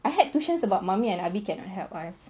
I had tuition is about mummy and abi cannot help us